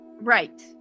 Right